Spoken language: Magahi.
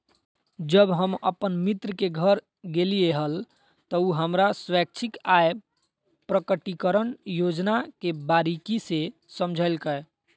जब हम अपन मित्र के घर गेलिये हल, त उ हमरा स्वैच्छिक आय प्रकटिकरण योजना के बारीकि से समझयलकय